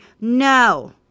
no